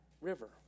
river